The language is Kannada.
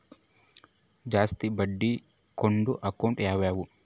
ಜಾಸ್ತಿ ಬಡ್ಡಿ ಕೊಡೋ ಅಕೌಂಟ್ ಯಾವುದು?